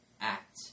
act